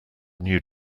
new